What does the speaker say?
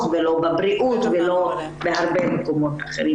ולא בבריאות ולא בהרבה מקומות אחרים.